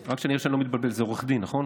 רק שאני אראה שאני לא מתבלבל, זה עורך דין, נכון?